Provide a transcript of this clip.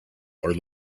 are